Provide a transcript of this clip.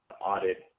audit